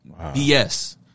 BS